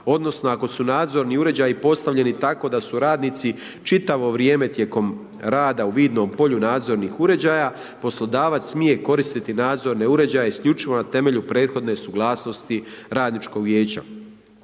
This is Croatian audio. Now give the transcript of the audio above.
odnosno, ako su nadzorni uređaji postavljeni tako da su radnici čitavo vrijeme tijekom rada u vidnom polju nadzornih uređaja poslodavac smije koristiti nadzorne uređaje isključivo na temelju prethodne suglasnosti Radničkog vijeća.